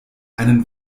einen